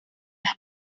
las